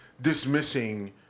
dismissing